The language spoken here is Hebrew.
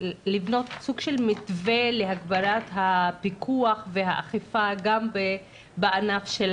לבנות סוג של מתווה להגברת הפיקוח והאכיפה גם בענף של